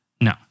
No